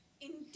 Indeed